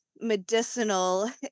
medicinal